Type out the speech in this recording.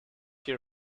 hear